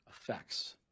effects